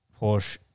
Porsche